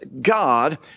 God